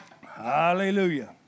Hallelujah